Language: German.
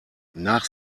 nach